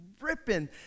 ripping